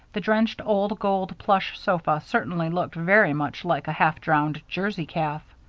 the drenched old-gold plush sofa certainly looked very much like a half-drowned jersey calf.